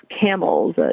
camels